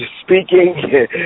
speaking